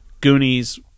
Goonies